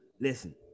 listen